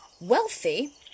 wealthy